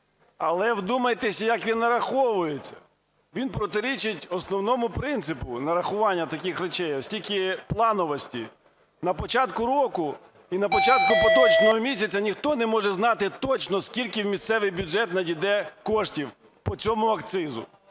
Але, вдумайтесь, як він нараховується. Він протирічить основному принципу нарахування таких речей, оскільки плановості на початку року і на початку поточного місяця ніхто не може знати точно, скільки в місцевий бюджет надійде коштів по цьому акцизу.